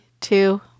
two